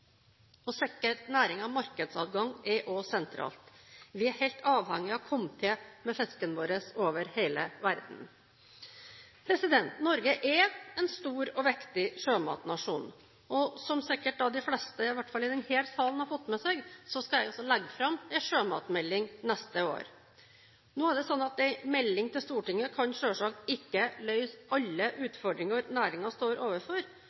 Å sikre næringen markedsadgang er også sentralt. Vi er helt avhengige av å komme til med fisken vår over hele verden. Norge er en stor og viktig sjømatnasjon, og som sikkert de fleste – i hvert fall i denne salen – har fått med seg, skal jeg legge fram en sjømatmelding neste år. En melding til Stortinget kan selvsagt ikke løse alle utfordringer næringen står overfor,